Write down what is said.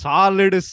Solid